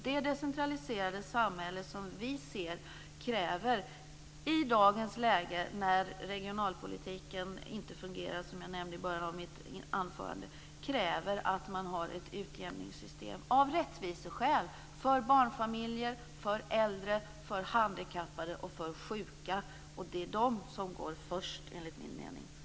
Det decentraliserade samhälle som vi ser kräver i dagens läge, när regionalpolitiken - som jag nämnde i början av mitt huvudanförande - inte fungerar - att det, av rättviseskäl finns ett utjämningssystem för barnfamiljer, för äldre, för handikappade och för sjuka. Det är de som enligt min mening går först.